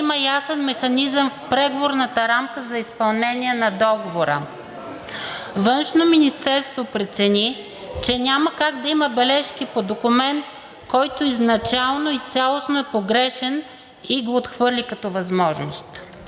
има ясен механизъм в преговорната рамка за изпълнение на Договора. Външно министерство прецени, че няма как да има бележки по документ, който изначално и цялостно е погрешен, и го отхвърли като възможност.